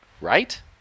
Right